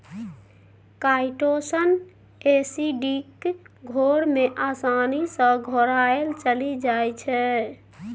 chitosan acidic घोर मे आसानी सँ घोराएल चलि जाइ छै